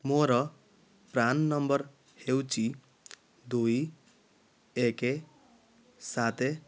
ମୋର PRAN number ହେଉଛି ଦୁଇ ଏକ ସାତ